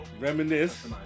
Reminisce